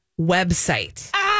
website